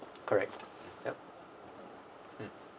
correct yup mm